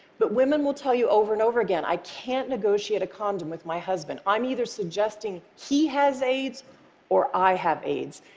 but women will tell you over and over again, i can't negotiate a condom with my husband. i'm either suggesting he has aids or i have aids,